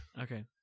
Okay